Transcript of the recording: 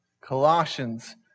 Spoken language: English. Colossians